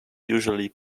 usually